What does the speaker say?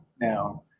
now